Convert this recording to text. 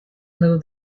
moved